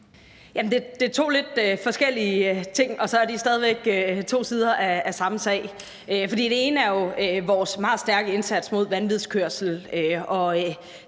Det er to lidt forskellige ting, og så er de stadig væk to sider af den samme sag. Det ene er vores meget stærke indsats mod vanvidskørsel,